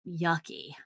yucky